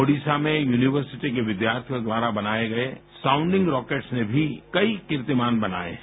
ओडिशा में यूनिवर्सिटी के विद्यार्थियों द्वारा बनाए गए साउन्डिंग रॉकेट्स ने भी कई कीर्तिमान बनाए हैं